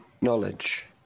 knowledge